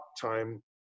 time –